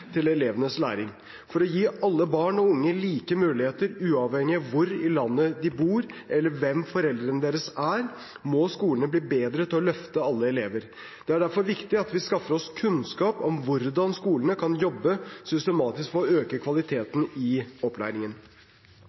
til elevenes læring. For å gi alle barn og unge like muligheter, uavhengig av hvor i landet de bor eller hvem foreldrene deres er, må skolene bli bedre til å løfte alle elever. Det er derfor viktig at vi skaffer oss kunnskap om hvordan skolene kan jobbe systematisk for å øke kvaliteten i opplæringen.